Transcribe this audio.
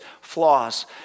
flaws